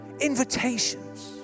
Invitations